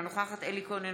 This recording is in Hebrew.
אינה נוכחת אלי כהן,